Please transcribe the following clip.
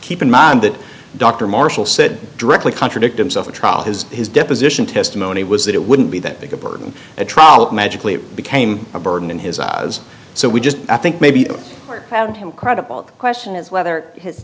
keep in mind that dr marshall said directly contradict himself the trial his his deposition testimony was that it wouldn't be that big a burden a trial that magically became a burden in his eyes so we just i think maybe found him credible the question is whether hi